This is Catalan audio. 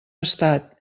estat